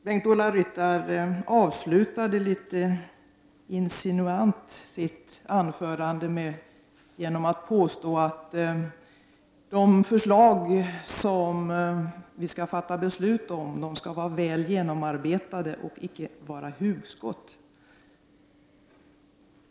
Bengt-Ola Ryttar avslutade sitt anförande litet insinuant med att säga att de förslag som vi skall fatta beslut om skall vara väl genomarbetade och inte bara hugskott.